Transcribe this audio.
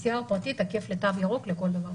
PCR פרטי תקף לתו ירוק לכל דבר.